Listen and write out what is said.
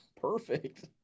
Perfect